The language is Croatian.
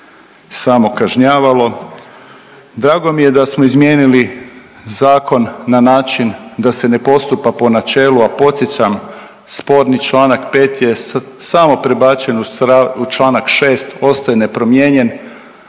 samo kažnjavalo. Drago mi je da smo izmijenili zakon na način da se ne postupa po načelu, a podsjećam sporni Članak 5. je samo prebačen u Članak 6. ostao je nepromijenjen,